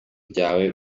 ryawe